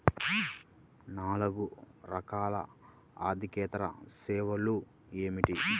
నాలుగు రకాల ఆర్థికేతర సేవలు ఏమిటీ?